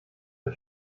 ein